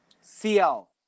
CL